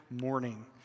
morning